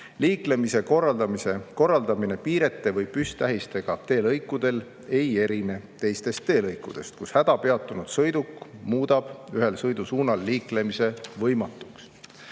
Liiklemise korraldamine piirete või püsttähistega teelõikudel ei erine teistest teelõikudest, kus hädapeatunud sõiduk muudab ühel sõidusuunal liiklemise võimatuks.